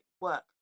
work